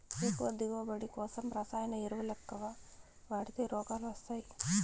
ఎక్కువ దిగువబడి కోసం రసాయన ఎరువులెక్కవ వాడితే రోగాలు వస్తయ్యి